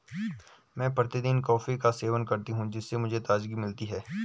मैं प्रतिदिन कॉफी का सेवन करती हूं जिससे मुझे ताजगी मिलती है